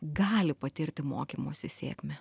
gali patirti mokymosi sėkmę